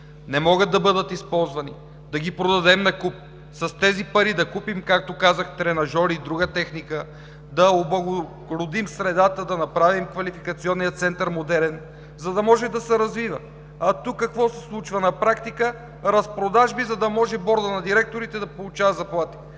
не могат да бъдат използвани, да ги продадем накуп, с тези пари да купим, както казах, тренажори и друга техника, да облагородим средата, да направим квалификационния център модерен, за да може да се развива. А тук какво се случва на практика? Разпродажби, за да може бордът на директорите да получава заплати.